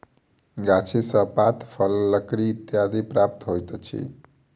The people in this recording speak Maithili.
गाछी सॅ पात, फल, लकड़ी इत्यादि प्राप्त होइत अछि